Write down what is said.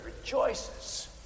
rejoices